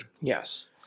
Yes